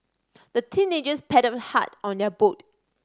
the teenagers paddled hard on their boat